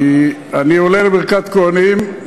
כי אני עולה לברכת כוהנים.